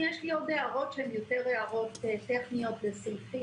יש לי עוד הערות שהן יותר הערות טכניות לסעיפים,